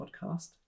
podcast